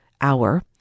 hour